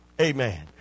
Amen